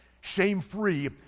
Shame-free